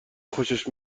خوشش